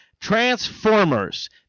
Transformers